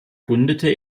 gründete